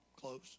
close